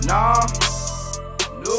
Nah